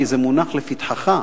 כי זה מונח לפתחך,